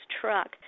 truck